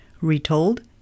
Retold